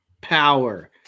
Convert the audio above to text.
power